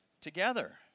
together